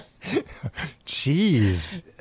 Jeez